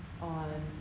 on